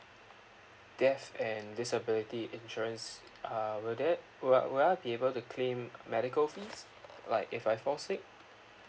death and disability insurance err will that will will I be able to claim medical fees like if I fall sick